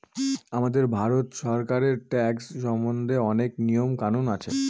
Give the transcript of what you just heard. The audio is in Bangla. আমাদের ভারত সরকারের ট্যাক্স সম্বন্ধে অনেক নিয়ম কানুন আছে